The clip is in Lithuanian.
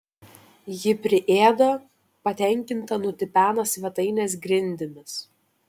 ji priėda patenkinta nutipena svetainės grindimis